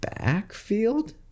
backfield